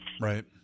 Right